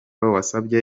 wasabye